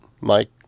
Mike